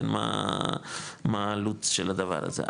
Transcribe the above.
מה העלות של הדבר הזה,